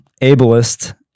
ableist